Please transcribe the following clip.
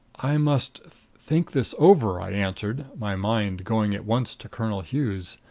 i must think this over, i answered, my mind going at once to colonel hughes.